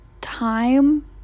time